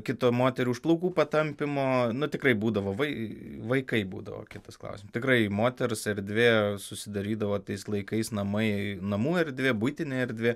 kitą moterį už plaukų patampymo na tikrai būdavo vai vaikai būdavo kitas klausimas tikrai moters erdvė susidarydavo tais laikais namai namų erdvė buitinė erdvė